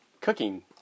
Cooking